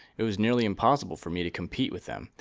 it was nearly impossible for me to compete with them,